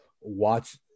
watch